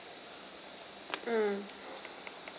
mm